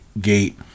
gate